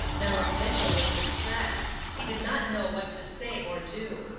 nellis mitchell was distressed he did not know what to say or do.